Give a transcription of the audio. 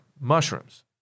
mushrooms